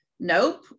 nope